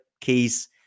Keys